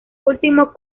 último